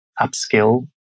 upskill